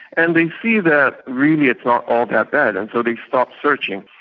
and they see that really it's not all that bad, and so they stop searching,